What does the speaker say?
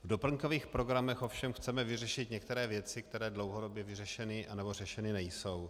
V doplňkových programech ovšem chceme řešit některé věci, které dlouhodobě vyřešeny nebo řešeny nejsou.